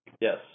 yes